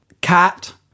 cat